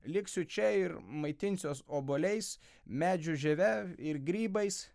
liksiu čia ir maitinsiuos obuoliais medžių žieve ir grybais